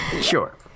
Sure